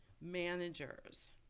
managers